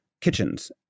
kitchens